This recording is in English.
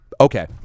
okay